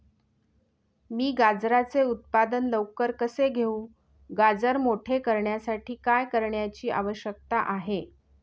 मी गाजराचे उत्पादन लवकर कसे घेऊ? गाजर मोठे करण्यासाठी काय करण्याची आवश्यकता आहे?